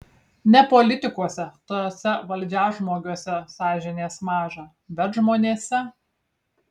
ne politikuose tuose valdžiažmogiuose sąžinės maža bet žmonėse